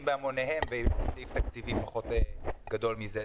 בהמוניהם ויש סעיף תקציבי פחות גבוה מזה.